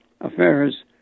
affairs